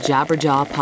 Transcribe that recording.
Jabberjaw